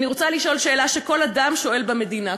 אני רוצה לשאול שאלה שכל אדם במדינה שואל,